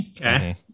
Okay